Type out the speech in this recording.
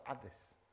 others